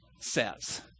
says